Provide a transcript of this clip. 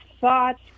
thoughts